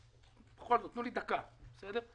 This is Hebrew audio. בכל זאת תנו לי דקה להסביר.